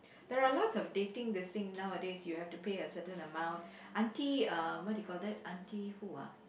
there are lots of dating listing nowadays you have to pay a certain amount aunty uh what do you call that aunty who ah